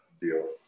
deal